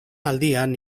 aldian